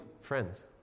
friends